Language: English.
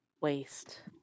Waste